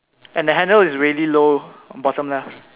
and the handle is really low bottom left